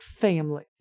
family